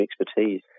expertise